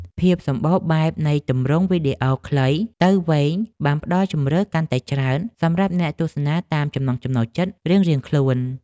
ភាពសម្បូរបែបនៃទម្រង់វីដេអូពីខ្លីទៅវែងបានផ្ដល់ជម្រើសកាន់តែច្រើនសម្រាប់អ្នកទស្សនាតាមចំណង់ចំណូលចិត្តរៀងៗខ្លួន។